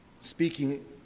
speaking